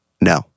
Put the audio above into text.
No